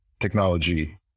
technology